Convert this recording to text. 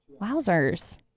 wowzers